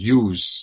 use